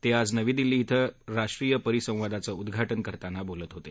ते आज नवी दिल्ली धिं राष्ट्रीय परिसवादाचं उद्घाटन करताना बोलत होते